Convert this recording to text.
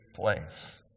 place